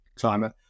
climate